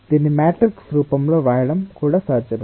దీన్ని మ్యాట్రిక్స్ రూపంలో రాయడం కూడా సాధ్యమే